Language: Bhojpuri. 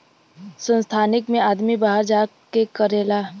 संस्थानिक मे आदमी बाहर जा के करेला